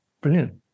Brilliant